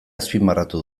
azpimarratu